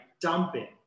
dumping